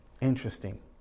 Interesting